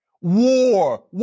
War